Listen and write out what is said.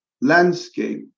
landscape